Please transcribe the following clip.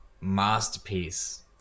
masterpiece